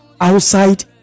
outside